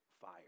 fire